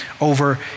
over